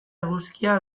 eguzkia